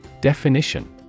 Definition